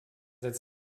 its